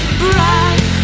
bright